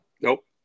nope